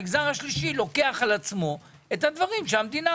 המגזר השלישי לוקח על עצמו את הדברים שהמדינה